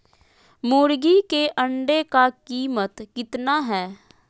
मुर्गी के अंडे का कीमत कितना है?